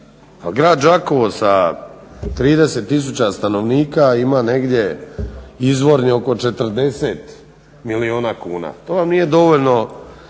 grad Đakovo sa 30 tisuća stanovnika ima negdje izvorni oko 40 milijuna kuna. To vam nije dovoljno